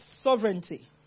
sovereignty